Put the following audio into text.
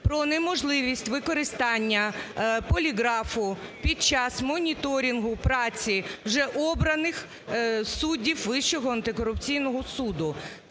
про неможливість використання поліграфу під час моніторингу праці вже обраних суддів Вищого антикорупційного суду.